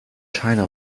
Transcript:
china